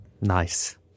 Nice